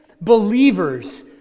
believers